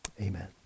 amen